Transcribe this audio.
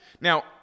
now